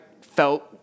felt